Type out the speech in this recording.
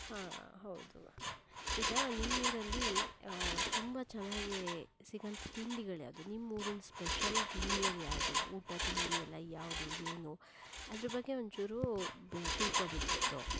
ಹಾಂ ಹೌದು ಈಗ ನಿಮ್ಮೂರಲ್ಲಿ ತುಂಬ ಚೆನ್ನಾಗಿ ಸಿಗೋಂಥ ತಿಂಡಿಗಳ್ಯಾವ್ದು ನಿಮ್ಮೂರಿನ ಸ್ಪೆಷಲ್ ತಿಂಡಿಗಳ್ಯಾವ್ದು ಊಟ ತಿಂಡಿಯೆಲ್ಲ ಯಾವುದು ಏನು ಅದರ ಬಗ್ಗೆ ಒಂಚೂರು ಬೆ ತಿಳ್ಕೊಬೇಕಿತ್ತು